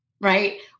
right